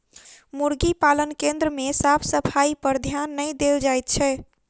मुर्गी पालन केन्द्र मे साफ सफाइपर ध्यान नै देल जाइत छै